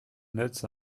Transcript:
netz